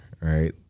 Right